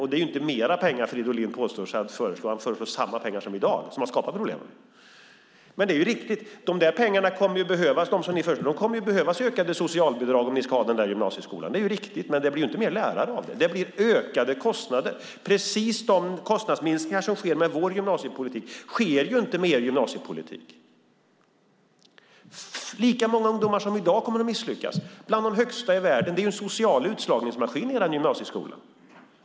Och det är inte mer pengar som Fridolin påstår sig föreslå; han föreslår samma pengar som det är i dag och som har skapat problemen. Det är riktigt: De där pengarna ni föreslår kommer att behövas i ökade socialbidrag om ni ska ha den där gymnasieskolan. Det är riktigt. Men det blir inte fler lärare av det, utan det blir ökade kostnader. Precis de kostnadsminskningar som sker med vår gymnasiepolitik sker inte med er gymnasiepolitik. Lika många ungdomar som i dag kommer att misslyckas. Vi har bland de högsta siffrorna i världen. Det är en social utslagningsmaskin, er gymnasieskola.